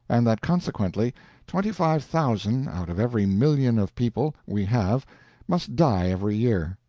and that consequently twenty five thousand out of every million of people we have must die every year.